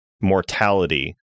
mortality